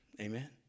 amen